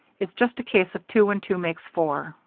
it's just a case of two and two makes four.